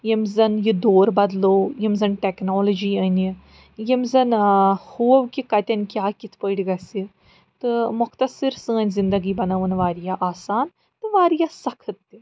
ییٚمۍ زَن یہِ دور بَدلوو یِیٚمۍ زَن ٹیٚکنالوجی اَنہِ یِیٚمۍ زَن ٲں ہوو کہِ کَتیٚن کیٛاہ کِتھ پٲٹھۍ گژھہِ تہٕ مختصر سٲنۍ زِندگی بَنٲوٕن واریاہ آسان تہٕ واریاہ سخت تہِ